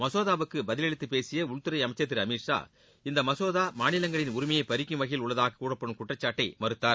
மசோதாவுக்கு பதில் அளித்து பேசிய உள்துறை அமைச்சர் திரு அமித் ஷா இந்த மசோதா மாநிலங்களின் உரிமையை பறிக்கும் வகையில் உள்ளதாக கூறப்படும் குற்றச்சாட்டை மறுத்தார்